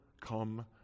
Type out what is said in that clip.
come